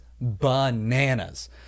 bananas